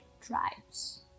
tribes